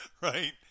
right